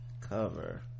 cover